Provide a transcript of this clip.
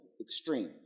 extreme